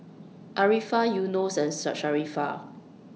Arifa Yunos and Sharifah